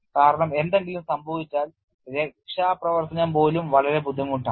കാരണം എന്തെങ്കിലും സംഭവിച്ചാൽ രക്ഷാപ്രവർത്തനം പോലും വളരെ ബുദ്ധിമുട്ടാണ്